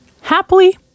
Happily